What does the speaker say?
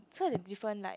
so like different right